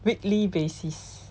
weekly basis